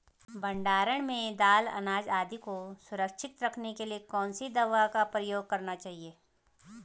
भण्डारण में दाल अनाज आदि को सुरक्षित रखने के लिए कौन सी दवा प्रयोग करनी चाहिए?